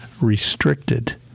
restricted